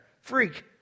freak